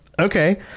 okay